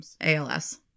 als